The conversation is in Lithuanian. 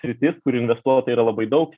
sritis kur investuotojų yra labai daug